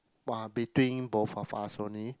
between both of us only